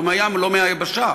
לא מהים ולא מהיבשה,